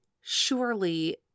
surely